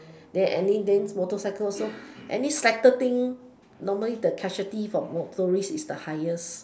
then any then motorcycle also any cycle thing normally the casualties for motorists is the highest